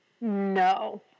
No